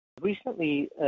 Recently